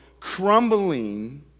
Crumbling